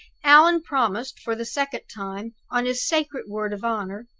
allan promised for the second time, on his sacred word of honor,